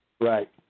Right